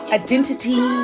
identity